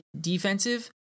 defensive